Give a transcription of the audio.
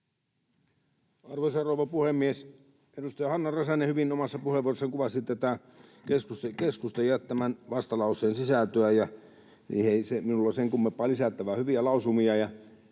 Arvoisa rouva puhemies! Edustaja Hanna Räsänen hyvin omassa puheenvuorossaan kuvasi keskustan jättämän vastalauseen sisältöä, ja niihin ei minulla sen kummempaa lisättävää — hyviä lausumia.